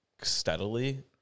steadily